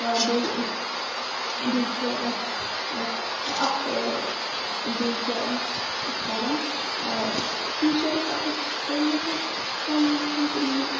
بیٚیہِ بیٚیہِ چھِ أسۍ کہِ اَکھ بیٚیہِ کیاہ أسۍ أسۍ کَران ٹیٖچَر ٲسۍ آسان اَصٕل مگر پیٖی چھَنہٕ تِمَن